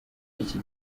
iki